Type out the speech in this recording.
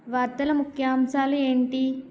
వార్తల ముఖ్యాంశాలు ఏమిటి